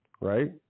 right